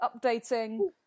updating